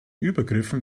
übergriffen